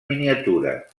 miniatura